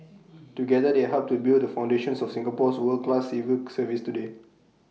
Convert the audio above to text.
together they helped to build the foundations of Singapore's world class civil service today